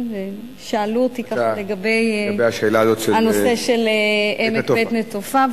ושאלו אותי לגבי הנושא של עמק בית-נטופה,